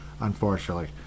unfortunately